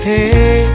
Hey